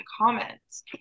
comments